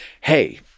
hey